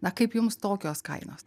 na kaip jums tokios kainos